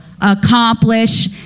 accomplish